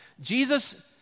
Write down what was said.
Jesus